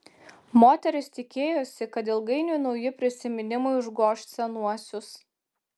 moteris tikėjosi kad ilgainiui nauji prisiminimai užgoš senuosius